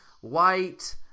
White